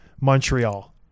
Montreal